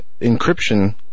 encryption